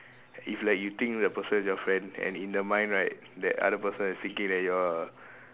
if like you think the person is your friend and in their mind right that other person is thinking that you are a